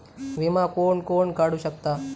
विमा कोण कोण काढू शकता?